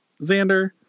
Xander